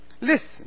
Listen